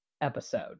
episode